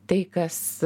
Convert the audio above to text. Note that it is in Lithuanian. tai kas